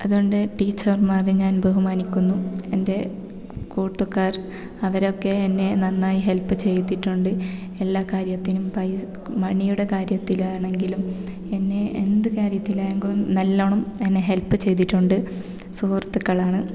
അതുകൊണ്ട് ടീച്ചർമാരെ ഞാൻ ബഹുമാനിക്കുന്നു എൻ്റെ കൂട്ടുകാർ അവരൊക്കെ എന്നെ നന്നായി ഹെൽപ്പ് ചെയ്തിട്ടുണ്ട് എല്ലാ കാര്യത്തിനും പൈ മണിയുടെ കാര്യത്തിലാണെങ്കിലും എന്നെ എന്ത് കാര്യത്തിലാങ്കും നല്ലവണ്ണം എന്നെ ഹെൽപ്പ് ചെയ്തിട്ടുണ്ട് സുഹൃത്തുക്കളാണ്